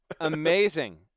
Amazing